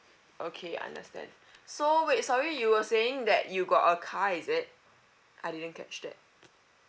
okay understand so wait sorry you were saying that you got a car is it I didn't catch that